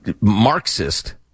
Marxist